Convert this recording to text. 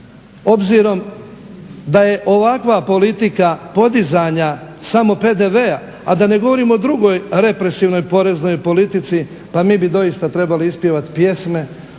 obzirom da je ovakva politika podizanja samo PDV-a a da ne govorim o drugoj represivnoj poreznoj politici, pa mi bi doista trebali ispjevati pjesme. A vidite